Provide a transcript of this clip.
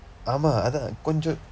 ஆமாம் அதான் கொஞ்சம்:aamaam athaan konjsam